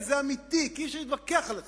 כי זה אמיתי וכי אי-אפשר להתווכח על הצורך.